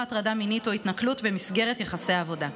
הטרדה מינית או התנכלות במסגרת יחסי העבודה.